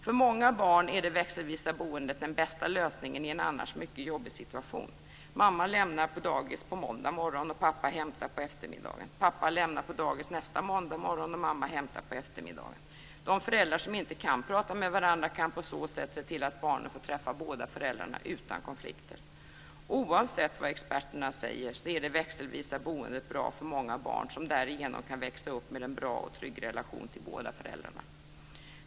För många barn är det växelvisa boendet den bästa lösningen i en annars mycket jobbig situation. Mamma lämnar på dagis på måndag morgon och pappa hämtar på eftermiddagen. Pappa lämnar på dagis nästa måndag morgon och mamma hämtar på eftermiddagen. De föräldrar som inte kan prata med varandra kan på så sätt se till att barnet får träffa båda föräldrarna utan konflikter. Oavsett vad experterna säger är det växelvisa boendet bra för många barn som därigenom kan växa upp med en bra och trygg relation till båda föräldrarna.